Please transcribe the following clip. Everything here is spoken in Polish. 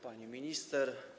Pani Minister!